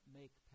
make